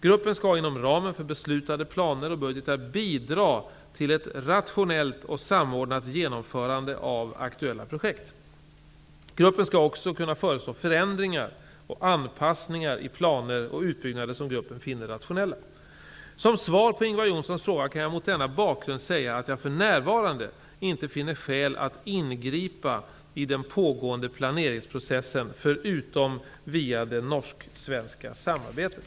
Gruppen skall inom ramen för beslutade planer och budgetar bidra till ett rationellt och samordnat genomförande av aktuella projekt. Gruppen skall också kunna föreslå förändringar och anpassningar i planer och utbyggnader som gruppen finner rationella. Som svar på Ingvar Johnssons fråga kan jag mot denna bakgrund säga att jag för närvarande inte finner skäl att ingripa i den pågående planeringsprocessen förutom via det norsk-svenska samarbetet.